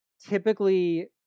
typically